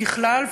ככלל,